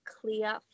clear